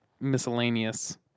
miscellaneous